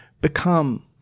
become